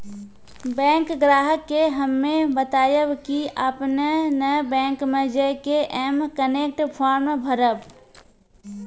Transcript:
bank ग्राहक के हम्मे बतायब की आपने ने बैंक मे जय के एम कनेक्ट फॉर्म भरबऽ